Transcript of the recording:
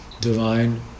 divine